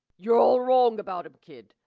yuh're all wrong about him, kid,